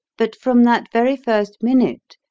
but from that very first minute,